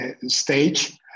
stage